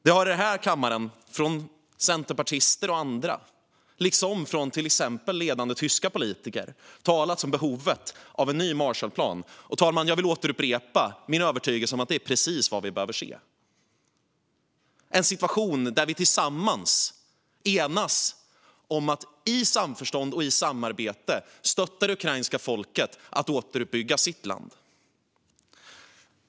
Det har i den här kammaren från centerpartister, liksom från till exempel ledande tyska politiker, talats om behovet av en ny Marshallplan. Jag vill återupprepa min övertygelse om att det är precis vad vi behöver se. Vi behöver en situation där vi tillsammans enas om att i samförstånd och i samarbete stötta det ukrainska folket att återuppbygga sitt land.